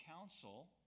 counsel